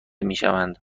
میشوند